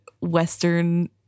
Western